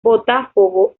botafogo